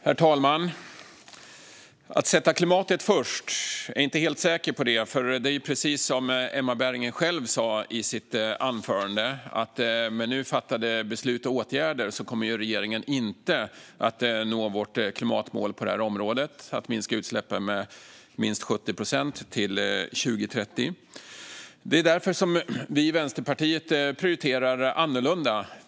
Herr talman! Att sätta klimatet först - jag är inte helt säker på att man gör det. Precis som Emma Berginger själv sa i sitt anförande kommer regeringen, med nu fattade beslut och åtgärder, inte att nå vårt klimatmål på området, nämligen att minska utsläppen med minst 70 procent till 2030. Det är därför vi i Vänsterpartiet prioriterar annorlunda.